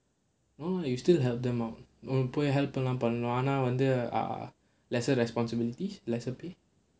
oh you stil help them out போய்:poyi help லாம் பண்ணுவான் ஆனா வந்து:laam pannuvaan aanaa vanthu lesser responsibilities lesser pay